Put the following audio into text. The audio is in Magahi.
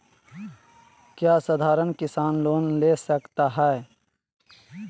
क्या साधरण किसान लोन ले सकता है?